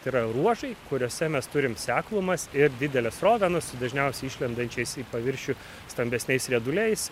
tai yra ruožai kuriuose mes turim seklumas ir dideles srovenas su dažniausiai išlendančiais į paviršių stambesniais rieduliais